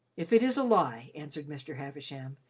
if it is a lie, answered mr. havisham,